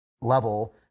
level